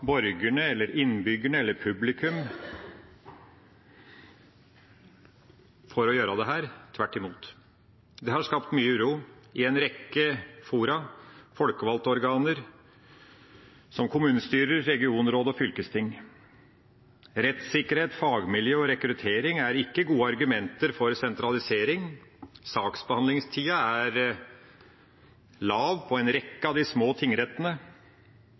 borgerne, innbyggerne eller publikum om å gjøre dette – tvert imot. Det har skapt mye uro i en rekke fora: folkevalgte organer som kommunestyrer, regionråd og fylkesting. Rettssikkerhet, fagmiljø og rekruttering er ikke gode argumenter for sentralisering. Saksbehandlingstida er lav ved en rekke av de små tingrettene.